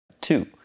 Two